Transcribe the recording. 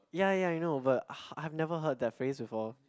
ya ya you know but I have never heard that phrase before